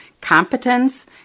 competence